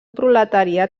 proletariat